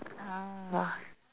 ah